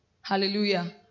Hallelujah